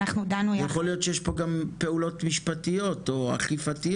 יכול להיות שיש פה גם פעולות משפטיות או אכיפתיות,